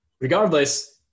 regardless